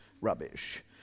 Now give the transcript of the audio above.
rubbish